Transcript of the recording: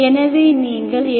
எனவே நீங்கள் எ